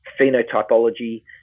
phenotypology